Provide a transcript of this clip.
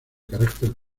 carácter